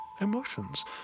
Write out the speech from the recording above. emotions